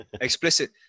explicit